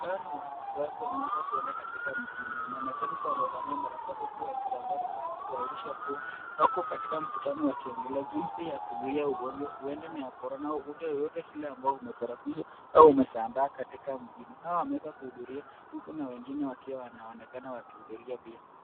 Hawa ni wafuasi wameweza kuenda katika mjini, wanaonekana kuwa wamevalia barakoa huku wakisambaza kuahirisha kuwa wako katika mkutano wakiongelea jinsi ya kuzuia ugonjwa uenda ni ya corona au ugonjwa yoyote ile imesababisha au kusambaa katika mjini, hawa wameweza kuhudhuria, huku na wengine wakiwa wanaonekana wanahudhuria pia.